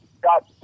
got